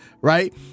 right